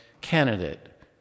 candidate